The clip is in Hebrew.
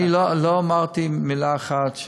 אני לא אמרתי מילה אחת,